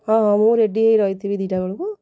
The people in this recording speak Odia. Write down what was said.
ହଁ ହଁ ମୁଁ ରେଡ଼ି ହୋଇ ରହିଥିବି ଦୁଇଟା ବେଳକୁ